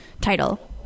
title